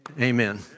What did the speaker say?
Amen